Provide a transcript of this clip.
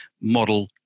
model